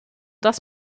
das